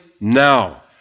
now